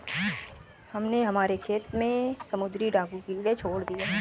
हमने हमारे खेत में समुद्री डाकू कीड़े छोड़ दिए हैं